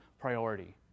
priority